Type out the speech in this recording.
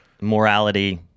Morality